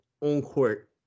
on-court